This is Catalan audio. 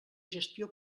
gestió